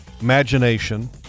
Imagination